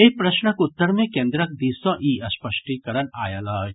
एहि प्रश्नक उत्तर मे केन्द्रक दिस सॅ ई स्पष्टीकरण आयल अछि